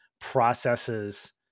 processes